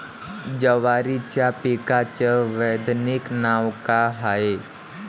जवारीच्या पिकाचं वैधानिक नाव का हाये?